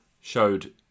showed